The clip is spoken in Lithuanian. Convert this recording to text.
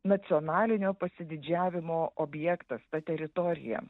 nacionalinio pasididžiavimo objektas ta teritorija